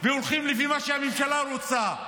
והולכים לפי מה שהממשלה רוצה,